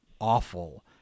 awful